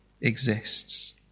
exists